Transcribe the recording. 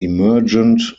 emergent